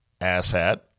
asshat